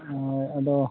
ᱦᱳᱭ ᱟᱫᱚ